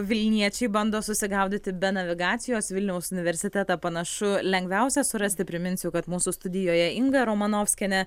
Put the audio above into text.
vilniečiai bando susigaudyti be navigacijos vilniaus universitetą panašu lengviausia surasti priminsiu kad mūsų studijoje inga romanovskienė